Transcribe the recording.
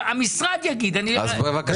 שהמשרד יגיד ולא אתם.